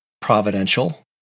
providential